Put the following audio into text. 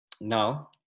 Now